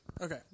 Okay